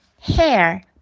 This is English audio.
Hair